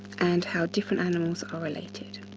and how different animals are related.